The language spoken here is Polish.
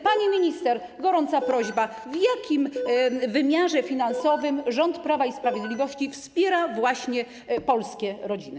Pani minister, gorąca prośba: W jakim wymiarze finansowym rząd Prawa i Sprawiedliwości wspiera właśnie polskie rodziny?